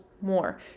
more